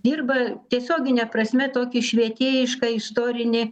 dirba tiesiogine prasme tokį švietėjišką istorinį